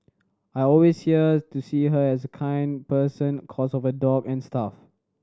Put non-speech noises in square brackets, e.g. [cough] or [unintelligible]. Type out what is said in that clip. I always [unintelligible] to see her as a kind person cos of her dog n stuff